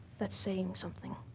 that's saying something.